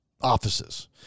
offices